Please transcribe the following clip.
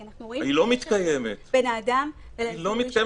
כי אנחנו רואים שיש קשר בין האדם --- היא לא מתקיימת.